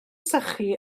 sychu